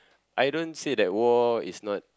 I don't say that war is not